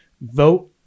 Vote